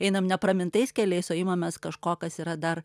einam nepramintais keliais o imamės kažko kas yra dar